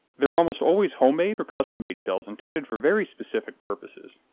they're almost always home-made or custom-made shells intended for very specific purposes.